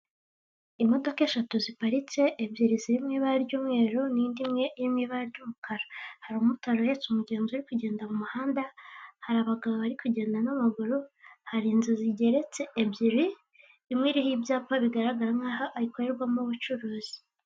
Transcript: Imodoka eshatu ziparitse, ebyiri ziri mu ibara ry'umweru, n'indi imwe iri mu ibara ry'umukara. Hari umumotari uhetse umugenzi uri kugenda mu muhanda, hari abagabo bari kugenda n'amaguru, hari inzu zigeretse ebyiri, imwe iriho ibyapa bigaragara nk'aho ikorerwamo ubucuruzi.